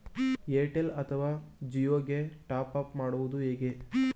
Airtel ಅಥವಾ Jio ಗೆ top up ಮಾಡುವುದು ಹೇಗೆ?